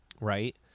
Right